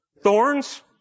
Thorns